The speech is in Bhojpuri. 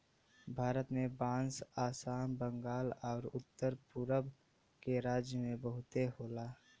भारत में बांस आसाम, बंगाल आउर उत्तर पुरब के राज्य में बहुते होला